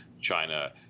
China